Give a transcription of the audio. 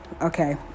okay